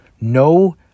no